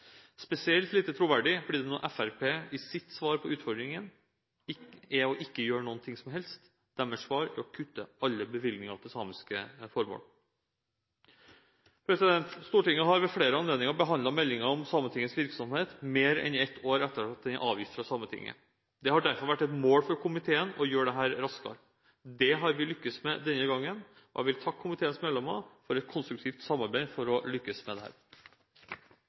Spesielt lite troverdig blir det når Fremskrittspartiets svar på utfordringen er å ikke gjøre noe som helst. Deres svar er å kutte alle bevilgninger til samiske formål. Stortinget har ved flere anledninger behandlet meldingen om Sametingets virksomhet mer enn ett år etter at den er avgitt fra Sametinget. Det har derfor vært et mål for komiteen å gjøre dette raskere. Det har vi lyktes med denne gangen, og jeg vil takke komiteens medlemmer for konstruktivt samarbeid. Meldingen om Sametingets virksomhet er en årlig foreteelse for